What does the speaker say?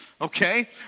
Okay